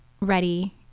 ready